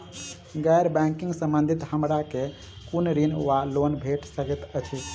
गैर बैंकिंग संबंधित हमरा केँ कुन ऋण वा लोन भेट सकैत अछि?